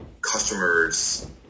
customers